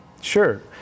Sure